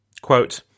Quote